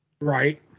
Right